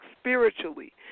spiritually